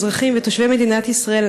אזרחים ותושבי מדינת ישראל,